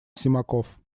симаков